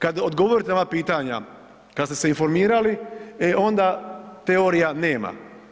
Kad odgovorite na ova pitanja, kad ste se informirali, e onda teorija nema.